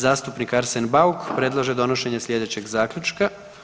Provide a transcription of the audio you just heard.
Zastupnik Arsen Bauk predlaže donošenje sljedećeg zaključka.